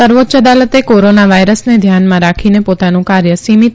સર્વોચ્ય અદાલતે કોરોના વાયરસને ધ્યાનમાં રાખીને પોતાનું કાર્ય સીમીત